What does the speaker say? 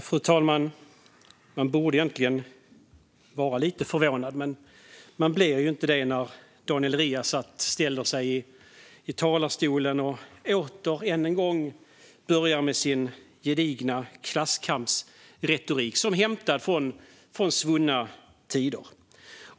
Fru talman! Man borde egentligen vara lite förvånad, men man blir ju inte det när Daniel Riazat ställer sig i talarstolen och än en gång börjar med sin gedigna klasskampsretorik, som hämtad från svunna tider.